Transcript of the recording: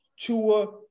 Chua